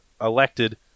elected